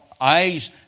Eyes